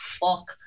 fuck